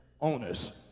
owners